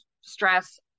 stress